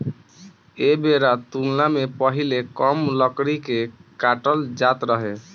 ऐ बेरा तुलना मे पहीले कम लकड़ी के काटल जात रहे